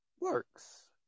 works